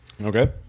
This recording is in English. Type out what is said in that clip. Okay